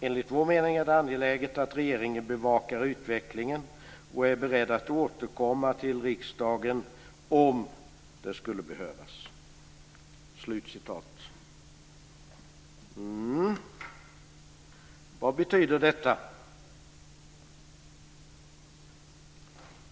Enligt vår mening är det angeläget att regeringen bevakar utvecklingen och är beredd att återkomma till riksdagen om det skulle behövas." Vad betyder detta?